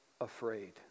afraid